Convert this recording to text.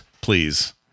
please